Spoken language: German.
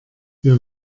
wir